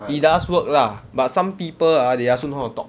it does work lah but some people ah they also know how to talk